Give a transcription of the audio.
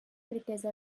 riquesa